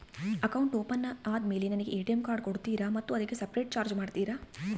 Account open ಆದಮೇಲೆ ನನಗೆ ATM card ಕೊಡ್ತೇರಾ ಮತ್ತು ಅದಕ್ಕೆ ಸಪರೇಟ್ ಚಾರ್ಜ್ ಮಾಡ್ತೇರಾ?